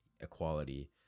equality